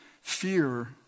fear